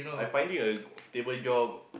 I finding a stable job